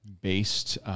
based